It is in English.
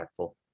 impactful